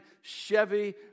Chevy